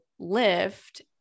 lift